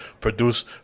produce